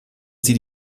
sie